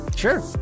Sure